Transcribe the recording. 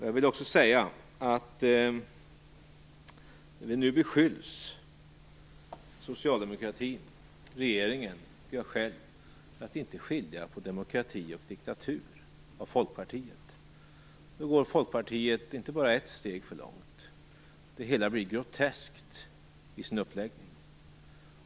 Jag vill också säga att man i Folkpartiet inte bara går ett steg för långt när man beskyller socialdemokratin, regeringen och mig själv för att inte skilja på demokrati och diktatur - det hela blir groteskt i sin uppläggning.